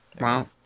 Wow